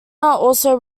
also